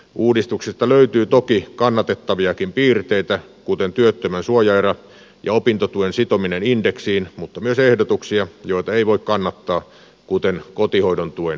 uudistuksista löytyy toki kannatettaviakin piirteitä kuten työttömän suojaerä ja opintotuen sitominen indeksiin mutta myös ehdotuksia joita ei voi kannattaa kuten kotihoidon tuen pilkkominen